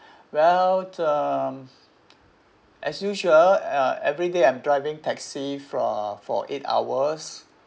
well um as usual uh everyday I'm driving taxi for for eight hours